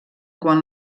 quan